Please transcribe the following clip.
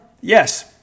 Yes